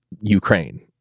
Ukraine